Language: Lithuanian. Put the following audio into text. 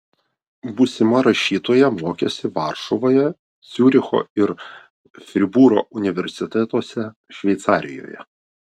būsima rašytoja mokėsi varšuvoje ciuricho ir fribūro universitetuose šveicarijoje